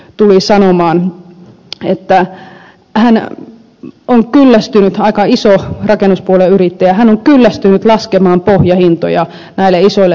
tunnussävelenä hän heittää tänään on yrittäjä aika iso rakennuspuolen yrittäjä tuli sanomaan että hän on kyllästynyt laskemaan pohjahintoja näille isoille yrityksille